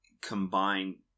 combine